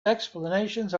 explanations